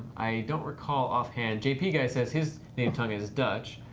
i don't recall offhand. jpguy says his native tongue is dutch.